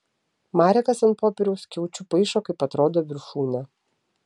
marekas ant popieriaus skiaučių paišo kaip atrodo viršūnė